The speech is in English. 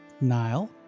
Nile